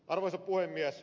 arvoisa puhemies